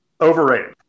overrated